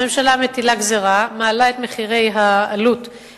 הממשלה מטילה גזירה, מעלה את מחירי הנסיעה,